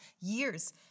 years